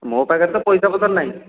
ମୋ ପାଖରେ ତ ପଇସାପତ୍ର ନାହିଁ